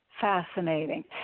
Fascinating